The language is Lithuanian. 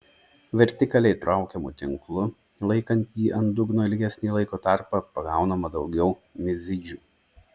vertikaliai traukiamu tinklu laikant jį ant dugno ilgesnį laiko tarpą pagaunama daugiau mizidžių